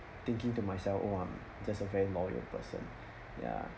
thinking to myself oh I'm just a very loyal person ya